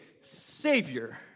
savior